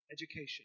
education